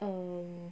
um